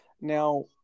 Now